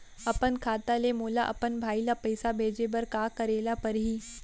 अपन खाता ले मोला अपन भाई ल पइसा भेजे बर का करे ल परही?